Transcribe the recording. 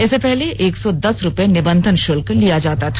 इससे पहले एक सौ दस रूपए निबंधन शुल्क लिया जाता था